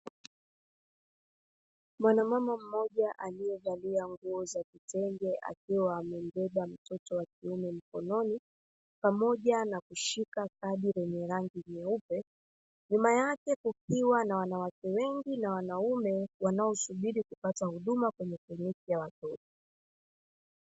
Mwanamama mmoja aliyevalia nguo za vitenge akiwa amembeba mtoto wa kiume mkononi, pamoja na kushika kadi lenye rangi nyeupe. Nyuma yake kukiwa na wanawake wengi na wanaume, wanaosubiri kupata huduma kwenye kliniki ya watoto.